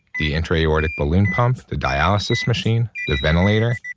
the intraaortic balloon pump, the dialysis machine, the ventilator